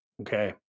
Okay